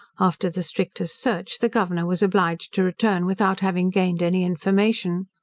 after the strictest search the governor was obliged to return without having gained any information.